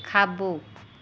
खाॿो